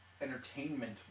entertainment